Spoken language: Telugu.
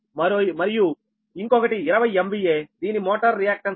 u మరియు ఇంకొకటి 20 MVAదీని మోటార్ రియాక్టన్స్ వచ్చి 0